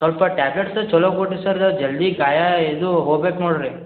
ಸ್ವಲ್ಪ ಟ್ಯಾಬ್ಲೇಟ್ಸ್ ಛಲೋ ಕೋಡ್ರಿ ಸರ್ ಜಲ್ದಿ ಗಾಯ ಇದು ಹೋಗ್ಬೇಕು ನೋಡ್ರಿ